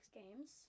games